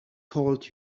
told